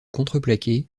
contreplaqué